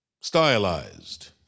stylized